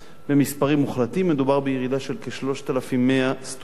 במספרים מוחלטים מדובר בירידה של כ-3,100 סטודנטים,